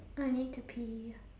I need to pee